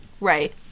Right